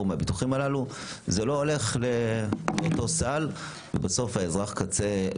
מהביטוחים הללו זה לא הולך לאותו סל ובסוף אזרח הקצה,